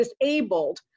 disabled